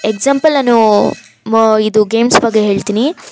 example ನಾನು ಮ ಇದು ಗೇಮ್ಸ್ ಬಗ್ಗೆ ಹೇಳ್ತೀನಿ